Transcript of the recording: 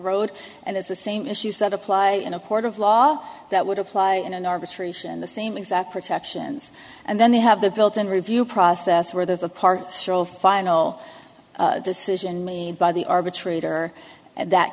road and it's the same issues that apply in a court of law that would apply in an arbitration the same exact protections and then they have the built in review process where there's a party shall fire no decision made by the arbitrator and that